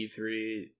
e3